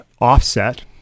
offset